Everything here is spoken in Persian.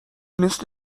مثل